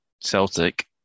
Celtic